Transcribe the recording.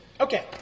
Okay